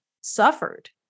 suffered